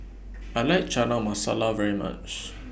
I like Chana Masala very much